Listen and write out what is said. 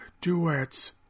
duets